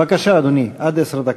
בבקשה, אדוני, עד עשר דקות.